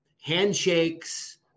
handshakes